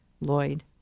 Lloyd